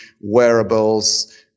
wearables